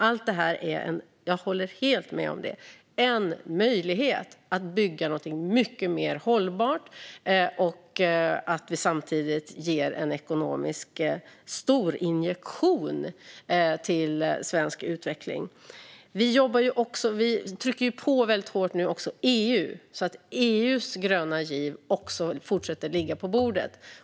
Jag håller helt med om att allt detta utgör en möjlighet att bygga något som är mycket mer hållbart samtidigt som vi ger en ekonomisk storinjektion i svensk utveckling. Vi trycker nu dessutom på EU hårt så att även EU:s gröna giv fortsätter att ligga på bordet.